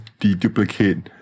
deduplicate